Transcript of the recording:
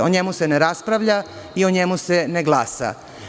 O njemu se ne raspravlja i o njemu se ne glasa.